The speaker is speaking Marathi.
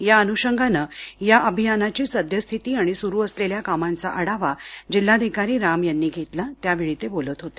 या अनुषंगाने या अभियानाची सद्यस्थिती आणि सुरू असलेल्या कामांचा आढावा जिल्हाधिकारी राम यांनी घेतला त्यावेळी ते बोलत होते